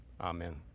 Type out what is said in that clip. Amen